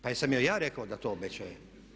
Pa jesam joj ja rekao da to obećaje?